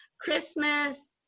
Christmas